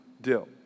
deal